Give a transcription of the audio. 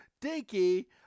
dinky